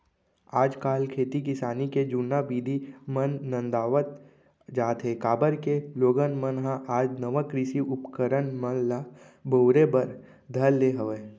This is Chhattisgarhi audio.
आज काल खेती किसानी के जुन्ना बिधि मन नंदावत जात हें, काबर के लोगन मन ह आज नवा कृषि उपकरन मन ल बउरे बर धर ले हवय